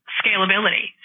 scalability